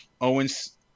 Owens